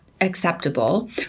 acceptable